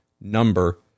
number